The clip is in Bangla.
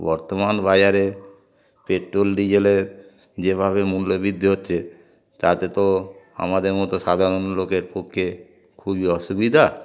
বর্তমান বাজারে পেট্রোল ডিজেলের যেভাবে মূল্য বৃদ্ধি হচ্ছে তাতে তো আমাদের মতো সাধারণ লোকের পক্ষে খুবই অসুবিধা